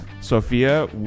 Sophia